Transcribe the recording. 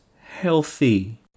healthy